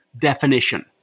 definition